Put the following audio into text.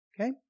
Okay